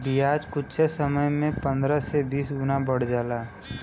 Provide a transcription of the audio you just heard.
बियाज कुच्छे समय मे पन्द्रह से बीस गुना बढ़ जाला